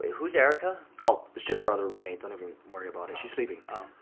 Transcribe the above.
who's erica? oh, it's just our other roommate. don't even worry about it. she's sleeping. oh.